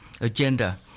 agenda